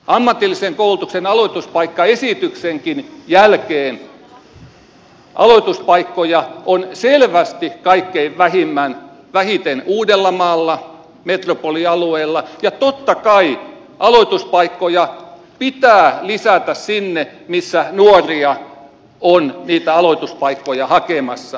ammatillisen koulutuksen aloituspaikkaesityksenkin jälkeen aloituspaikkoja on selvästi kaikkein vähiten uudellamaalla metropolialueella ja totta kai aloituspaikkoja pitää lisätä sinne missä nuoria on niitä aloituspaikkoja hakemassa